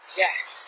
yes